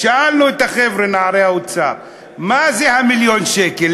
שאלנו את החבר'ה, נערי האוצר: מה זה מיליון השקל?